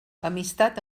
amistat